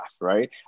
right